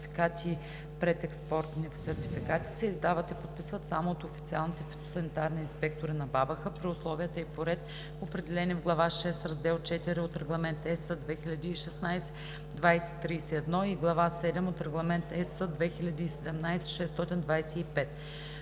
се издават и подписват само от официалните фитосанитарни инспектори на БАБХ при условия и по ред, определени в глава VI, раздел 4 от Регламент (ЕС) 2016/2031 и глава VII от Регламент (ЕС) 2017/625.